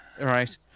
Right